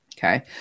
Okay